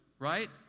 Right